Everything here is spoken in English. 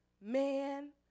man